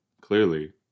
clearly